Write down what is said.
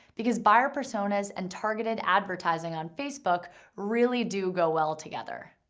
because buyer personas and targeted advertising on facebook really do go well together.